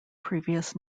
previous